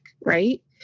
right